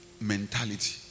mentality